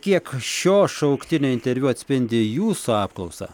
kiek šio šauktinio interviu atspindi jūsų apklausą